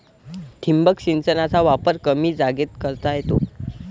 ठिबक सिंचनाचा वापर कमी जागेत करता येतो